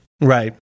Right